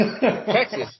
Texas